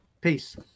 peace